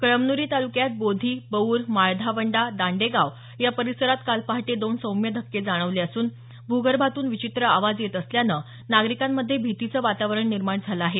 कळमन्री तालुक्यात बोधी बऊर माळधावंडा दांडेगाव या परिसरात काल पहाटे दोन सौम्य धक्के जाणवले असून भूगर्भातून विचित्र आवाज येत असल्यानं नागरिकांमध्ये भितीचं वातावरण निर्माण झालं आहे